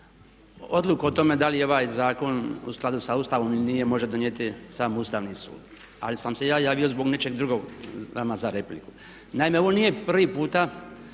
odluku o tome da li je ovaj zakon u skladu sa Ustavom ili nije može donijeti samo Ustavni sud. Ali sam se ja javio zbog nečeg drugog vama za repliku. Naime, ovo nije prvi put